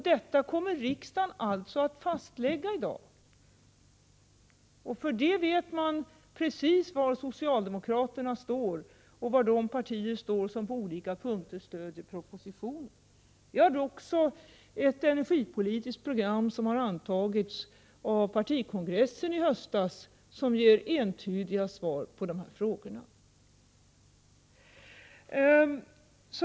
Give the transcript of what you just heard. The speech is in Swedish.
Detta kommer riksdagen alltså att fastlägga i dag. Och man vet precis var socialdemokraterna står och var de partier står som på olika punkter stöder propositionen. Socialdemokratin har också ett energipolitiskt program som antogs av partikongressen i höstas som ger entydiga svar på frågorna.